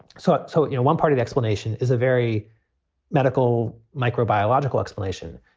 so. ah so, you know, one part of explanation is a very medical microbiological explanation.